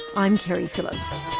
i'm keri phillips.